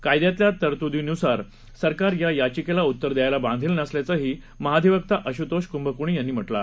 कायद्यातल्या तरतूदीनुसार सरकार या याचिकेला उत्तर द्यायला बांधील नसल्याचंही महाधिवक्ता आशुतोष कुंभकोणी यांनी म्हटलं आहे